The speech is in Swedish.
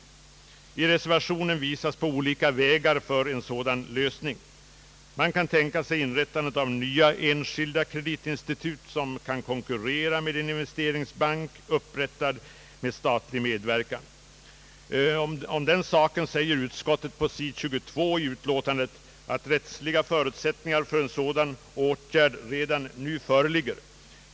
I reservationen visas på olika vägar för en sådan lösning. Man kan tänka sig inrättandet av nya enskilda kreditinstitut som kan konkurrera med en investeringsbank upprättad under statlig medverkan. Om den saken säger utskottet på sid. 22 i utlåtandet att rättsliga förutsättningar för en sådan åtgärd redan nu föreligger.